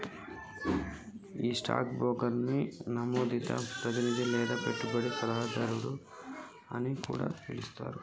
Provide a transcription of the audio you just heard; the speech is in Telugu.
గీ స్టాక్ బ్రోకర్ని నమోదిత ప్రతినిధి లేదా పెట్టుబడి సలహాదారు అని కూడా పిలుస్తారు